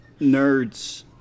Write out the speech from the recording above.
nerds